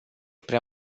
prea